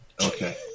Okay